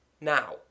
Now